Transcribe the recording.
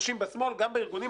אנשים בשמאל, גם בארגונים.